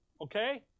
Okay